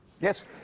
Yes